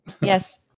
Yes